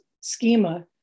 schema